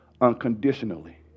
unconditionally